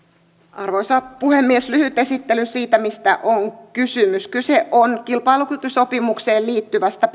arvoisa puhemies lyhyt esittely siitä mistä on kysymys kyse on kilpailukykysopimukseen liittyvästä